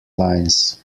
lines